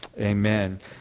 Amen